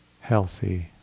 healthy